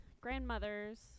grandmothers